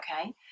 Okay